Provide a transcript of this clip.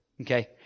Okay